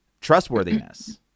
trustworthiness